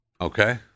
Okay